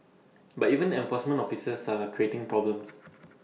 but even enforcement officers are creating problems